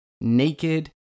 naked